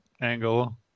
angle